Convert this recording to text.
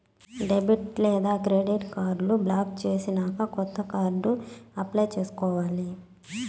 debit లేదా credit కార్డులను block చేసినాక కొత్త కార్డు అప్లై చేసుకోవాలి